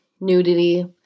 nudity